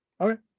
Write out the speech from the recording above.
Okay